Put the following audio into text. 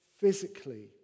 physically